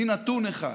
מנתון אחד: